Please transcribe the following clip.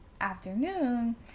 afternoon